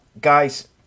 Guys